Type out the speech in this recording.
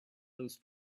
those